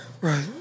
Right